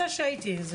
השאלה היא